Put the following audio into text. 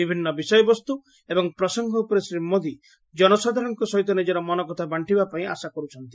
ବିଭିନ୍ ବିଷୟବସ୍ତୁ ଏବଂ ପ୍ରସଙ୍ଙ ଉପରେ ଶ୍ରୀ ମୋଦି ଜନସାଧାରଣଙ୍କ ସହିତ ନିକର ମନକଥା ବାକ୍କିବାପାଇଁ ଆଶା କରୁଛନ୍ତି